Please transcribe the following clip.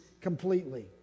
completely